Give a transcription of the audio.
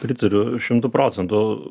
pritariu šimtu procentų